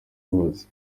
hose